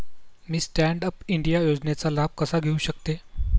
मी stand up India योजनेचा लाभ कसा घेऊ शकते